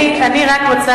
אני לא רוצה